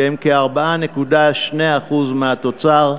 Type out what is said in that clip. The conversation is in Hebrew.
שהם כ-4.2% מהתוצר,